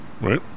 Right